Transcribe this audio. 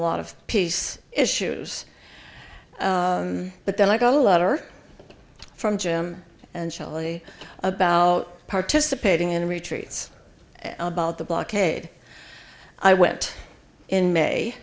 lot of peace issues but then like a letter from jim and shelley about participating in retreats about the blockade i went in may